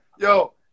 Yo